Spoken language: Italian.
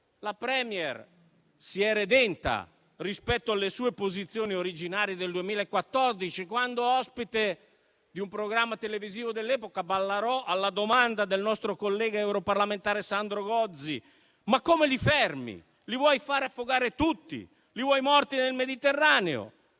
la *Premier* si è redenta, rispetto alle sue posizioni originarie del 2014, quando, ospite di un programma televisivo dell'epoca, «Ballarò», alla domanda del nostro collega europarlamentare Sandro Gozi «Ma come li fermi? Li fai fare affogare tutti? Li vuoi morti nel Mediterraneo?»,